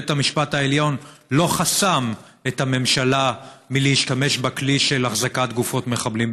בית המשפט העליון לא חסם את הממשלה מלהשתמש בכלי של החזקת גופות מחבלים,